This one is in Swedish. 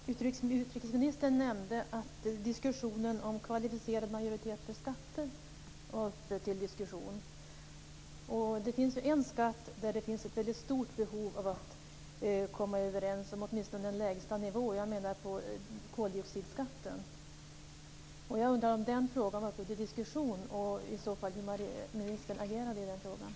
Fru talman! Utrikesministern nämnde att frågan om kvalificerad majoritet för skatter var uppe till diskussion. Det finns en skatt där det finns ett väldigt stort behov av att komma överens om åtminstone en lägsta nivå. Jag tänker på koldioxidskatten. Jag undrar om den frågan var uppe till diskussion och hur utrikesministern i så fall agerade.